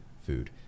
food